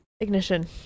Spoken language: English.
ignition